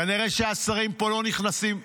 כנראה שהשרים פה לא נכנסים -- מיקי,